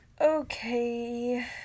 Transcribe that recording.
Okay